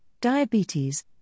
Diabetes